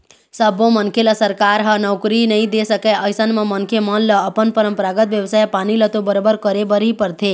सब्बो मनखे ल सरकार ह नउकरी नइ दे सकय अइसन म मनखे मन ल अपन परपंरागत बेवसाय पानी ल तो बरोबर करे बर ही परथे